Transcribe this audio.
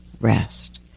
rest